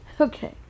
Okay